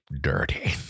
dirty